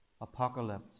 apocalypse